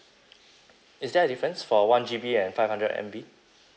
is there a difference for one G_B and five hundred M_B